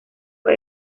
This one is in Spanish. fue